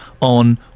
on